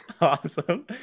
Awesome